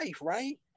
right